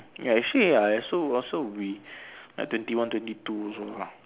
ya actually I also I also we like twenty one twenty two also ah